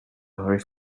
already